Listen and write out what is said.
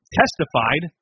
testified